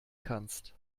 kannst